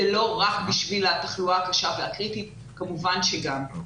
זה לא רק בשביל התחלואה הקשה והקריטית אבל כמובן שגם כן.